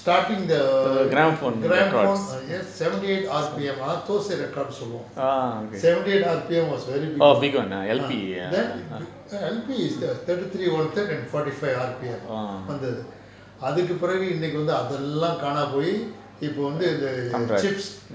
starting the gramaphone seventy eight R_P_M ன்டு சொல்லுவோம்:ndu solluvom seventy eight R_P_M was very big then L_B is the thirty three one third and thirty five R_P_M வந்தது அதுக்குப்பிறகு இன்னைக்கு வந்து அதெல்லாம் காணாம போயி இப்ப வந்து இந்த:vanthathu athukupiragu innaiku vanthu athellam kanama poyi ippe vanthu err chips